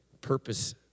purpose